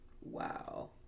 Wow